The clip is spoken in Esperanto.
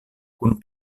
kun